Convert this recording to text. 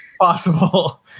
possible